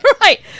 Right